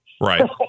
Right